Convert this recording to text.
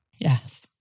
Yes